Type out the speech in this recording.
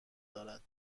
دارد